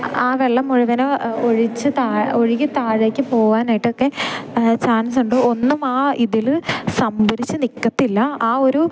ആ വെള്ളം മുഴുവന് ഒഴിച്ച് താ ഒഴുകി താഴേക്ക് പോകാനായിട്ടൊക്കെ ചാൻസുണ്ട് ഒന്നും ആ ഇതില് സംഭരിച്ച് നിൽക്കത്തില്ല ആ ഒരു